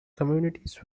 communities